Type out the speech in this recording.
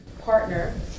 partner